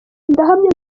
ndahamya